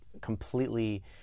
completely